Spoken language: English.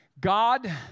God